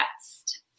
best